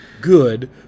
Good